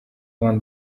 van